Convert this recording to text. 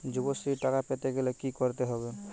যুবশ্রীর টাকা পেতে গেলে কি করতে হবে?